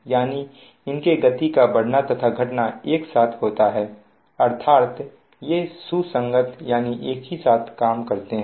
यानी इनके गति का बढ़ना तथा घटना एक साथ होता है अर्थात य़े सुसंगत होते हैं